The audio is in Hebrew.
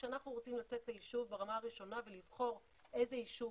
כשאנחנו רוצים לצאת ליישוב ברמה הראשונה ולבחור איזה יישוב